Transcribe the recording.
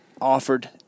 offered